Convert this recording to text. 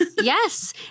Yes